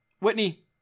Whitney